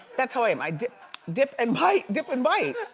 that's how i am. i dip, dip and bite, dip and bite.